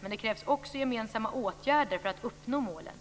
Men det krävs också gemensamma åtgärder för att uppnå målen.